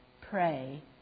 pray